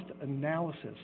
analysis